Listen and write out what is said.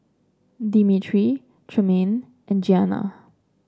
Dimitri Tremayne and Giana